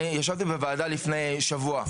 אני ישבתי בוועדה לפני שבוע,